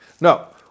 No